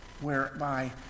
whereby